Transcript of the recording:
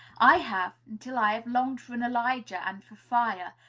i have, until i have longed for an elijah and for fire,